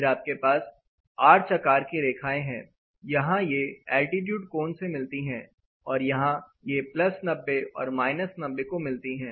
फिर आपके पास आर्च आकार की रेखाएं हैं यहां ये एल्टीट्यूड कोण से मिलती है और यहां ये 90 और 90 को मिलती हैं